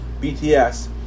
BTS